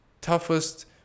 toughest